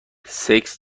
سکس